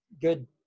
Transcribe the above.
good